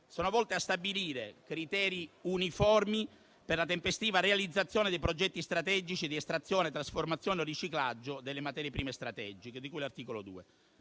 sono volte a stabilire criteri uniformi per la tempestiva realizzazione dei progetti strategici di estrazione, trasformazione o riciclaggio delle materie prime strategiche di cui all'articolo 2.